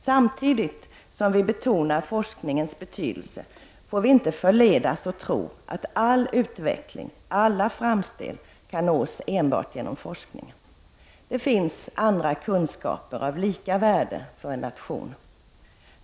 Samtidigt som vi betonar forskningens betydelse får vi inte förledas att tro att all utveckling och alla framsteg kan nås enbart genom forskning. Det finns andra kunskaper av lika värde för en nation.